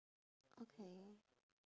okay